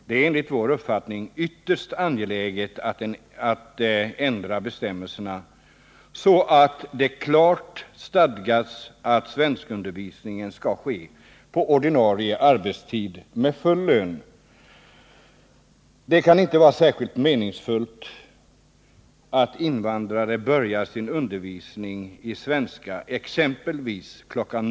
Det är enligt vår uppfattning ytterst angeläget att ändra bestämmelserna så att det klart stadgas att svenskundervisningen skall ske på ordinarie arbetstid med full lön. Det kan inte vara särskilt meningsfullt att invandrare börjar sin undervisning i svenska exempelvis kl.